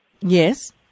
Yes